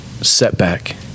setback